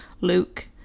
Luke